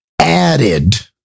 added